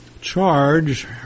charge